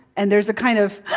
and there's a kind of,